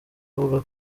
avuga